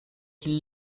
qu’il